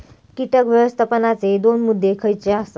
कीटक व्यवस्थापनाचे दोन मुद्दे खयचे आसत?